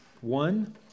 One